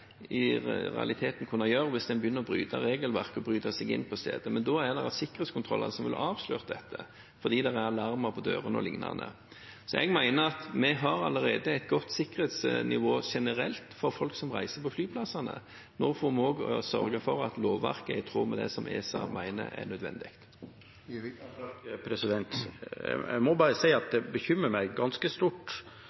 i realiteten kunne ha gjort – hvis en begynner å bryte regelverket og bryte seg inn på steder, da ville sikkerhetskontroller avslørt dette fordi det er alarmer på dørene og lignende. Jeg mener vi har allerede et godt sikkerhetsnivå generelt på flyplassene for folk som reiser. Nå får vi også sørge for at lovverket er i tråd med det ESA mener er nødvendig. Jeg må bare si at